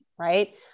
right